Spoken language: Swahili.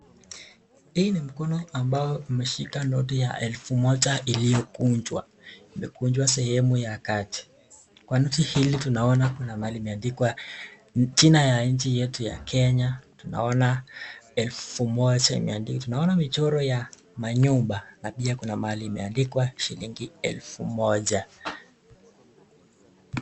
Hii ni mkono ambao umeshika noti ya elfu moja iliyokunjwa. Imekunjwa sehemu ya kati. Kwa noti hili tunaonena kuna mahali imeandikwa jina ya nchi yetu ya Kenya. Tunaona elfu moja imeandikwa. Tunaona michoro ya manyumba na pia kuna mahali imeandikwa shilingi elfu moja.